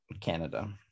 canada